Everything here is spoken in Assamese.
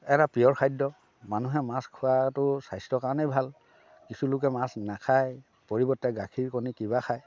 এটা পিয়'ৰ খাদ্য মানুহে মাছ খোৱাটো স্বাস্থ্যৰ কাৰণে ভাল কিছু লোকে মাছ নাখায় পৰিৱৰ্তে গাখীৰ কণী কিবা খায়